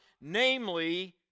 namely